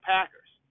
Packers